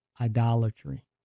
idolatry